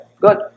good